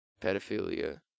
Pedophilia